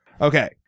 Okay